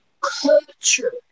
Culture